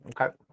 Okay